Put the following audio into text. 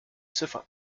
ziffern